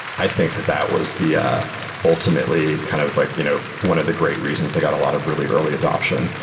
i think that that was the ah ultimately kind of like you know one of the great reasons they got a lot of really early adaption.